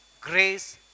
grace